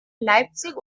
leipzig